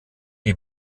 die